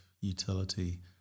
utility